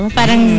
Parang